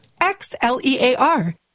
X-L-E-A-R